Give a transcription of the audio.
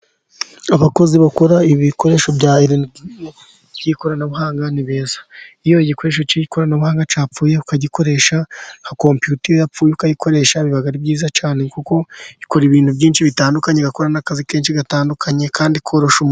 Abakozi bakora ibikoresho by'ikoranabuhanga ni beza, iyo igikoresho cy'ikoranabuhanga cyapfuye, ukagikoresha nka compiyuta yapfuye, ukayikoresha biba ari byiza cyane, kuko ikora ibintu byinshi bitandukanye, bakora n'akazi kenshi gatandukanye kandi korosha.